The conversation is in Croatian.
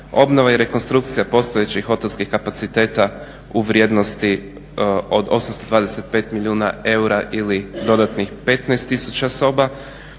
obnova i rekonstrukcija postojećih hotelskih kapaciteta u vrijednosti od 825 milijuna eura ili dodatnih 15 000 soba.